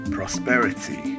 Prosperity